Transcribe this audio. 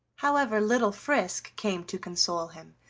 however, little frisk came to console him,